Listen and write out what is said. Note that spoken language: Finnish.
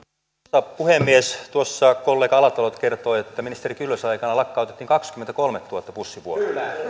arvoisa puhemies tuossa kollega alatalo kertoi että ministeri kyllösen aikana lakkautettiin kaksikymmentäkolmetuhatta bussivuoroa